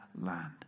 land